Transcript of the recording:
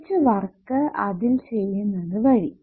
കുറച്ചു വർക്ക് അതിൽ ചെയുന്നത് വഴി